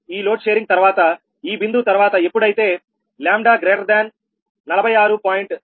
ఈ load sharing తరువాత ఈ బిందువు తర్వాత ఎప్పుడైతే 𝜆46